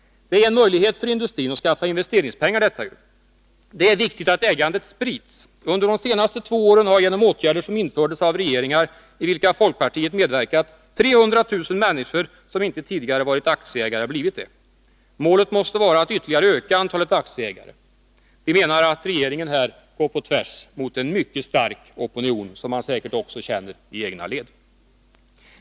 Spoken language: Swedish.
Det är en möjlighet för industrin att skaffa investeringspengar. Det är viktigt att ägandet sprids. Under de senaste två åren har genom åtgärder som infördes av regeringar, i vilka folkpartiet har medverkat, 300 000 människor som inte tidigare har varit aktieägare blivit det. Målet måste vara att ytterligare öka antalet aktieägare. Vi menar att regeringen här går på tvärs mot en mycket stark opinion, som man säkert också känner i de egna leden.